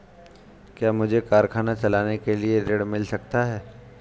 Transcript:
क्या मुझे कारखाना चलाने के लिए ऋण मिल सकता है?